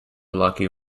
lucky